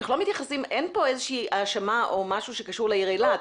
אין פה איזושהי האשמה או משהו שקשור לעיר אילת,